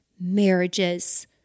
marriages